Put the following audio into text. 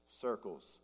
circles